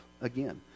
again